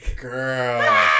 Girl